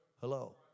Hello